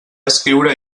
escriure